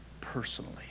personally